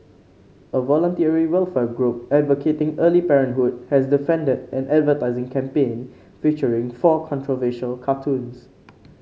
a voluntary welfare group advocating early parenthood has defended an advertising campaign featuring four controversial cartoons